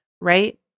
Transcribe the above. right